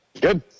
Good